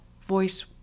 voice